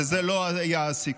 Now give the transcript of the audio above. וזה לא היה הסיכום.